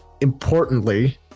Importantly